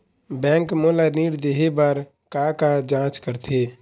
Bank मोला ऋण देहे बार का का जांच करथे?